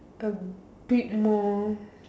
a bit more